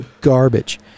garbage